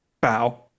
bow